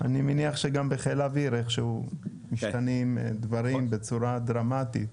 אני מניח שגם בחיל האוויר איכשהו משתנים דברים בצורה דרמטית.